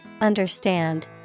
understand